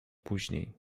później